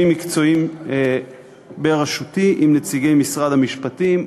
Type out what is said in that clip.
מקצועיים בראשותי עם נציגי משרד המשפטים,